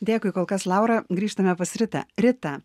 dėkui kol kas laura grįžtame pas ritą rita